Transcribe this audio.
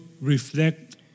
reflect